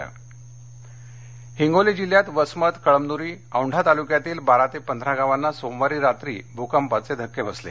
भकंप हिंगोली हिंगोली जिल्ह्यात वसमत कळमनुरी आणि औंढा तालुक्यातील बारा ते पंधरा गावांना सोमवारी रात्री भूकंपाचे धक्के बसले